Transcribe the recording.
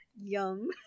yum